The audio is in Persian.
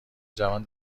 جوان